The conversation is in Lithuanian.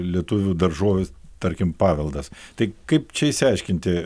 lietuvių daržoves tarkim paveldas tai kaip čia išsiaiškinti